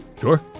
sure